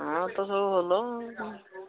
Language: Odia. ହଁ ତ ସବୁ ଭଲ ଆଉ